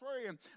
praying